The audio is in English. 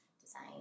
design